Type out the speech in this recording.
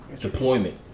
deployment